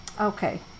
Okay